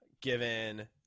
given